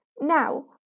now